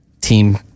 Team